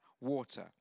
water